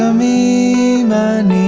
me, and,